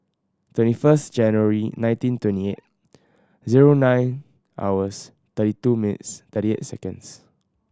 twenty first January nineteen twenty eight zero nine hours thirty two minutes thirty eight seconds